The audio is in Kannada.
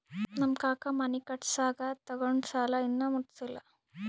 ನಮ್ ಕಾಕಾ ಮನಿ ಕಟ್ಸಾಗ್ ತೊಗೊಂಡ್ ಸಾಲಾ ಇನ್ನಾ ಮುಟ್ಸಿಲ್ಲ